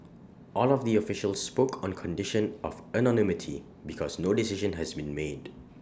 all of the officials spoke on condition of anonymity because no decision has been made